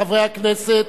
חברי הכנסת,